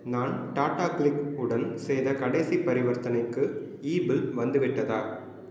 நான் டாடாகிளிக் உடன் செய்த கடைசி பரிவர்த்தனைக்கு இ பில் வந்துவிட்டதா